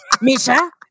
Misha